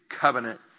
covenant